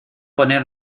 poner